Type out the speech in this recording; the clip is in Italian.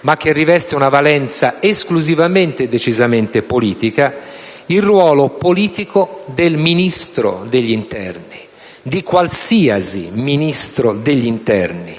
ma che riveste una valenza esclusivamente e decisamente politica: il ruolo politico del Ministro dell'interno, di qualsiasi Ministro dell'interno,